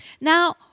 Now